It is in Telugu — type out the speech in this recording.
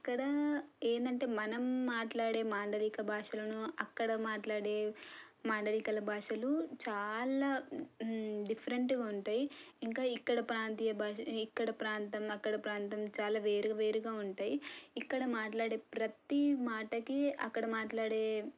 అక్కడ ఏంటంటే మనం మాట్లాడే మాండలిక భాషలను అక్కడ మాట్లాడే మాండలికల భాషలు చాలా డిఫరెంట్గా ఉంటాయి ఇంకా ఇక్కడ ప్రాంతీయ భాష ఇక్కడ ప్రాంతం అక్కడ ప్రాంతం చాలా వేరువేరుగా ఉంటాయి ఇక్కడ మాట్లాడే ప్రతీ మాటకి అక్కడ మాట్లాడే